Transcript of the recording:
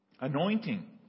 anointing